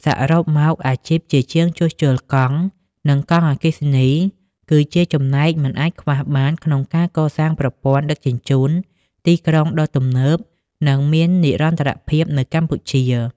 សរុបមក អាជីពជាជាងជួសជុលកង់ និងកង់អគ្គិសនី គឺជាចំណែកមិនអាចខ្វះបានក្នុងការកសាងប្រព័ន្ធដឹកជញ្ជូនទីក្រុងដ៏ទំនើប និងមាននិរន្តរភាពនៅកម្ពុជា។